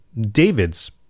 David's